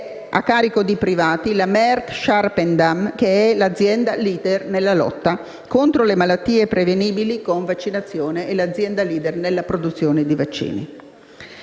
a carico di privati, la Merck Sharp & Dohme, che è l'azienda *leader* nella lotta contro le malattie prevenibili con vaccinazioni e nella produzione dei vaccini.